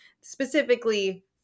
specifically